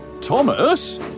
Thomas